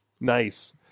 Nice